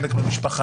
חלק לא עלה,